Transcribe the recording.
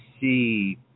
see